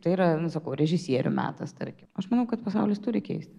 tai yra nu sakau režisierių metas tarkim aš manau kad pasaulis turi keistis